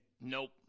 Nope